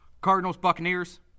Cardinals-Buccaneers